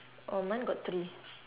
oh mine got three